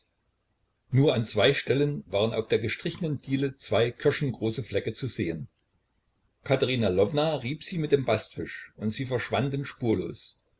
nur an zwei stellen waren auf der gestrichenen diele zwei kirschengroße flecke zu sehen katerina lwowna rieb sie mit dem bastwisch und sie verschwanden spurlos